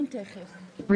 הישיבה ננעלה בשעה 12:20.